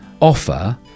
offer